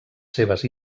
seves